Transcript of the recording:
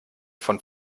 von